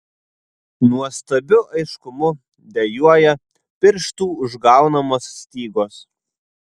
nuostabiu aiškumu dejuoja pirštų užgaunamos stygos